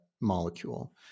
molecule